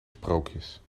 sprookjes